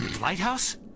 Lighthouse